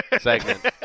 segment